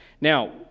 now